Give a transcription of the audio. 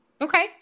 Okay